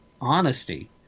honesty